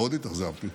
מאוד התאכזבתי